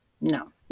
No